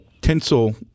Tinsel –